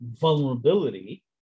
vulnerability